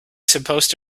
supposed